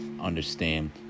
understand